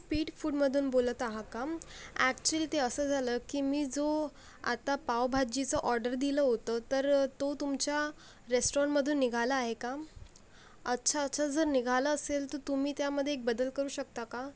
speed फूडमधून बोलत आहा का ॲकच्युली ते असं झालं की मी जो आत्ता पावभाजीचं ऑर्डर दिलं होतं तर तो तुमच्या रेस्टोरंटमधून निघाला आहे का अच्छा अच्छा जर निघाला असेल तर तुम्ही त्यामध्ये एक बदल करू शकता का